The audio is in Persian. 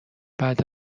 بعد